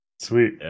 Sweet